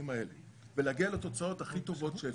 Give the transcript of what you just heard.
האלה ולהגיע לתוצאות הכי טובות שאפשר.